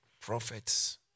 prophets